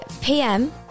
PM